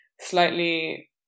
slightly